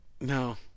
No